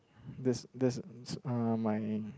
these these are my